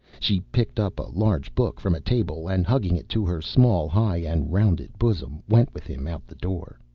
she picked up a large book from a table and, hugging it to her small, high and rounded bosom, went with him out the door.